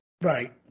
Right